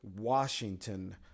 Washington